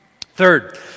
Third